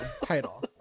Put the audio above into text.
title